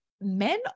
men